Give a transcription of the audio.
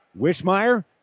Wishmeyer